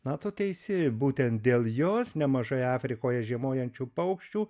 na tu teisi būtent dėl jos nemažai afrikoje žiemojančių paukščių